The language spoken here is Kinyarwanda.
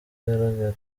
agaragara